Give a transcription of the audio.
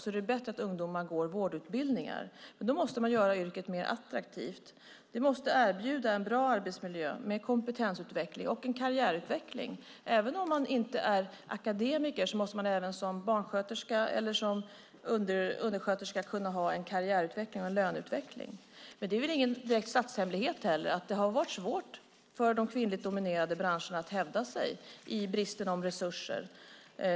Det är alltså bättre att ungdomar går vårdutbildningar, men då måste man göra yrket mer attraktivt. Man måste erbjuda en bra arbetsmiljö med kompetensutveckling och en karriärutveckling. Även om man inte är akademiker måste man som barnsköterska eller undersköterska kunna ha en karriär och löneutveckling. Det är väl inte direkt någon statshemlighet att det har varit svårt för de kvinnligt dominerade branscherna att hävda sig i bristen på resurser.